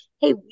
hey